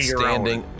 standing